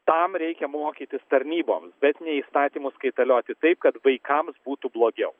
tam reikia mokytis tarnybom bet ne įstatymus kaitalioti taip kad vaikams būtų blogiau